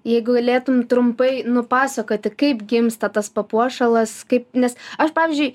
jeigu galėtum trumpai nupasakoti kaip gimsta tas papuošalas kaip nes aš pavyzdžiui